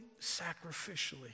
sacrificially